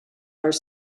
are